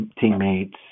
teammates